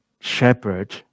shepherd